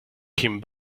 came